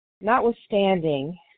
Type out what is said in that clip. Notwithstanding